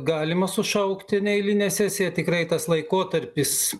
galima sušaukti neeilinę sesiją tikrai tas laikotarpis